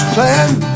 Playing